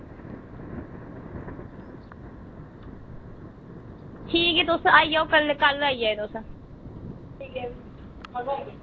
ठीक ऐ तुस आई जाओ कल आई जाएओ तुस ठीक ऐ फ्ही